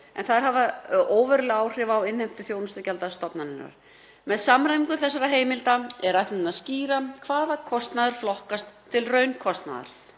en þær hafa óveruleg áhrif á innheimtu þjónustugjalda stofnunarinnar. Með samræmingu þessara heimilda er ætlunin að skýra hvaða kostnaður flokkast til raunkostnaðar,